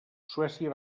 suècia